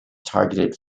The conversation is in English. targeted